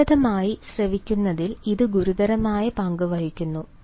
ഫലപ്രദമായി ശ്രവിക്കുന്നതിൽ ഇത് ഗുരുതരമായ പങ്ക് വഹിക്കുന്നു